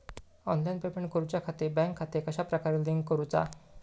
Online payment करुच्याखाती bank खाते कश्या प्रकारे लिंक करुचा?